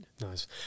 Nice